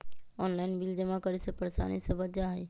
Online bill जमा करे से परेशानी से बच जाहई?